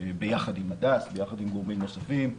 ביחד עם הדס וביחד עם גורמים נוספים,